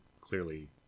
clearly